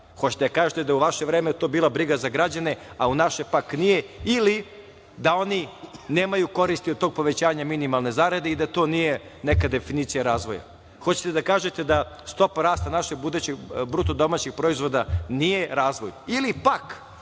hoćete da kažete da je u vaše vreme to bila briga za građane, a u naše pak nije ili da oni nemaju koristi od tog povećanja minimalne zarade i da to nije neka definicija razvoja. Hoćete da kažete da stopa rasta BDP nije razvoj ili pak